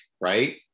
right